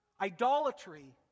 Idolatry